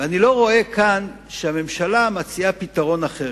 אני לא רואה כאן שהממשלה מציעה פתרון אחר.